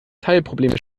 teilprobleme